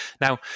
now